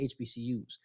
HBCUs